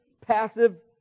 passive